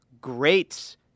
great